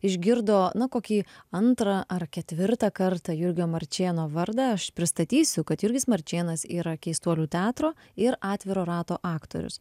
išgirdo na kokį antrą ar ketvirtą kartą jurgio marčėno vardą aš pristatysiu kad jurgis marčėnas yra keistuolių teatro ir atviro rato aktorius